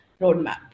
roadmap